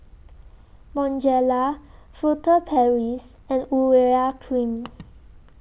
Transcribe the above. Bonjela Furtere Paris and Urea Cream